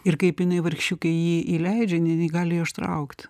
ir kaip jinai vargšiukė jį įleidžia jinai negali jo ištraukt